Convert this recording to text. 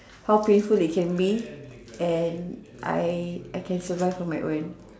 how painful it can be and I I can survive on my own